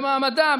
במעמדם,